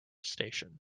station